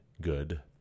good